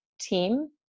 team